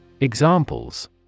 Examples